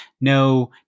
No